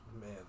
Man